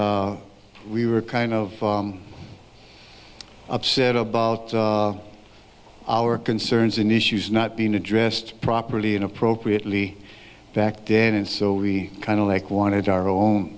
we were kind of upset about our concerns in issues not being addressed properly and appropriately back then and so we kind of like wanted to our own